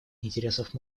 интересов